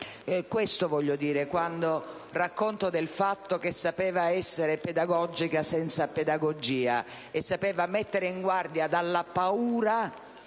Questo voglio dire quando racconto del fatto che sapeva essere pedagogica senza pedagogia e sapeva mettere in guardia dalla paura,